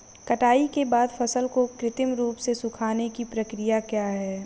कटाई के बाद फसल को कृत्रिम रूप से सुखाने की क्रिया क्या है?